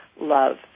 love